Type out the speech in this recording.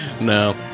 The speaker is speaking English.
No